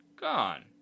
gone